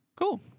Cool